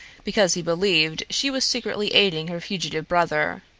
because he believed she was secretly aiding her fugitive brother.